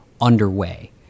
underway